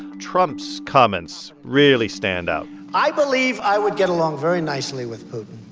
trump's comments really stand out i believe i would get along very nicely with putin,